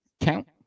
count